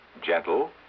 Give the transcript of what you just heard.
gentle